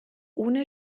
ohne